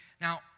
Now